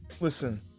Listen